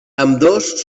ambdós